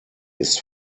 ist